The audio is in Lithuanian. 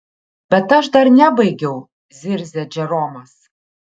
bet aš dar nebaigiau zirzė džeromas